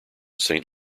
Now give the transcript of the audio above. saint